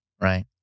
right